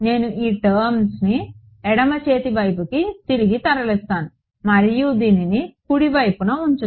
నేను ఈ టర్మ్ని ఎడమ చేతి వైపుకు తిరిగి తరలిస్తాను మరియు దీనిని కుడి వైపున ఉంచుతాను